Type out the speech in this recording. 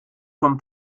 kommt